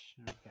okay